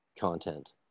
content